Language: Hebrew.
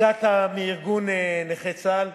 הגעת מארגון נכי צה"ל,